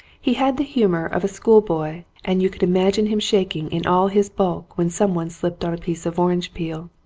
he had the humour of a school boy and you could imagine him shaking in all his bulk when someone slipped on a piece of orange peel.